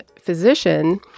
physician